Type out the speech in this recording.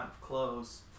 clothes